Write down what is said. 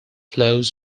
flows